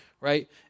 Right